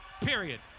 Period